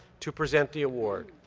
to present the award.